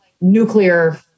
nuclear